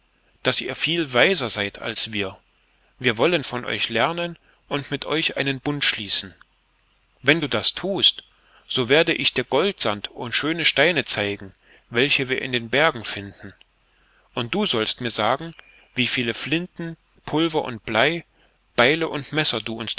daß ihr viel weiser seid als wir wir wollen von euch lernen und mit euch einen bund schließen wenn du das thust so werde ich dir goldsand und schöne steine zeigen welche wir in den bergen finden und du sollst mir sagen wie viele flinten pulver und blei beile und messer du uns